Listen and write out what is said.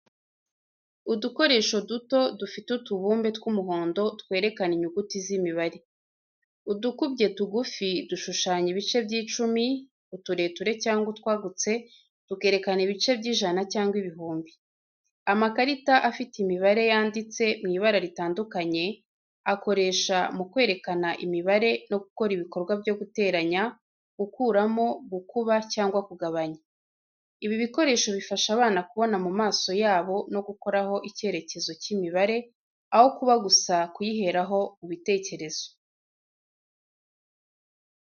Udukoresho duto dufite utubumbe tw’umuhondo twerekana inyuguti z’imibare. Udukubye tugufi dushushanya ibice by’icumi, utureture cyangwa utwagutse tukerekana ibice by’ijana cyangwa ibihumbi. Amakarita afite imibare yanditse mu ibara ritandukanye akoresha mu kwerekana imibare no gukora ibikorwa byo guteranya, gukuramo, gukuba cyangwa kugabanya. Ibi bikoresho bifasha abana kubona mu maso yabo no gukoraho icyerekezo cy’imibare, aho kuba gusa kuyiheraho mu bitekerezo.